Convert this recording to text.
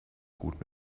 gut